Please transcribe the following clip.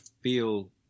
feel